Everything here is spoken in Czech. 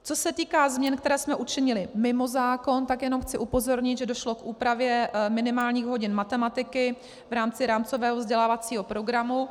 Co se týká změn, které jsme učinili mimo zákon, tak jenom chci upozornit, že došlo k úpravě minimálních hodin matematiky v rámci rámcového vzdělávacího programu.